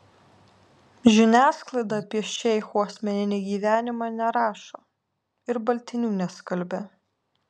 žiniasklaida apie šeichų asmeninį gyvenimą nerašo ir baltinių neskalbia